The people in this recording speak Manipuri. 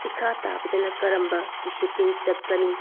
ꯏꯈꯥ ꯇꯥꯕꯗꯅ ꯀꯔꯝꯕ ꯗꯤꯁꯤꯄ꯭ꯂꯤꯟ ꯆꯠꯀꯅꯤ